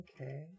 Okay